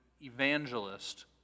evangelist